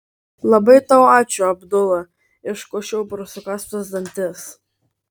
labai tau ačiū abdula iškošiau pro sukąstus dantis